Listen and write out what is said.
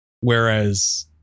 Whereas